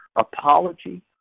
apology